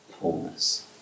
fullness